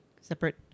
Separate